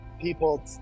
people